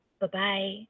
Bye-bye